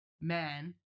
man